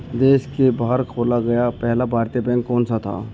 देश के बाहर खोला गया पहला भारतीय बैंक कौन सा था?